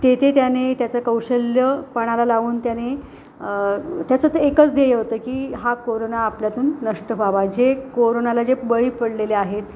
ते ते त्याने त्याचं कौशल्य पणाला लावून त्याने त्याचं तर एकच ध्येय होतं की हा कोरोना आपल्यातून नष्ट व्हावा जे कोरोनाला जे बळी पडलेले आहेत